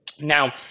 Now